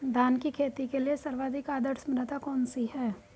धान की खेती के लिए सर्वाधिक आदर्श मृदा कौन सी है?